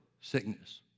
sickness